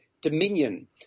dominion